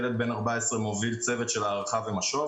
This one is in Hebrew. ילד בן 14 מוביל צוות של הערכה ומשוב.